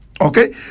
Okay